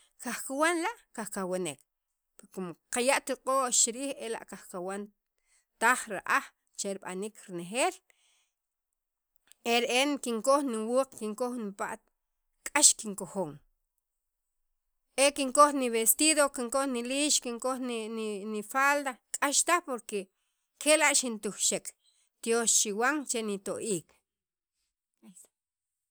kajkawan la' kajkawanek qaya' qak'o'x chirij ela' kajkawantaj ra'aj che rib'anik renejel ere'en kinkoj niwuuq kinkoj nipa't k'ax kinkojon e kinkoj nivestido kinkoj liliix kinkoj nifalda k'axtaj porque kela' xintujxek tyoox chiwan che nito'ik.